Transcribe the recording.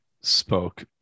spoke